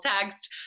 text